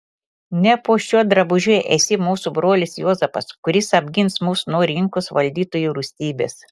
ne po šiuo drabužiu esi mūsų brolis juozapas kuris apgins mus nuo rinkos valdytojo rūstybės